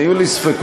אני, היו לי ספקות.